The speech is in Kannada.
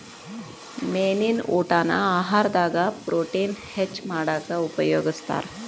ಮೇನಿನ ಊಟಾನ ಆಹಾರದಾಗ ಪ್ರೊಟೇನ್ ಹೆಚ್ಚ್ ಮಾಡಾಕ ಉಪಯೋಗಸ್ತಾರ